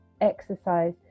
exercise